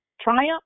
triumph